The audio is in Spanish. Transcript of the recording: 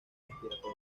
respiratorio